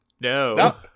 No